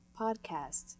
podcast